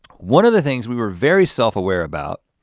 one of the things we were very self-aware about,